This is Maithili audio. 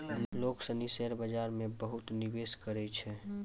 लोग सनी शेयर बाजार मे बहुते निवेश करै छै